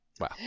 Wow